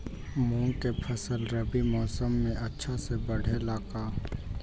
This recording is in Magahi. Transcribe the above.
मूंग के फसल रबी मौसम में अच्छा से बढ़ ले का?